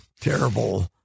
terrible